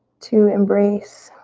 to embrace